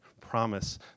promise